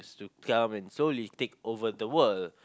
to come and solely take over the world